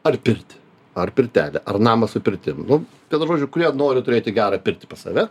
ar pirtį ar pirtelę ar namą su pirtim nu vienu žodžiu kurie nori turėti gerą pirtį pas save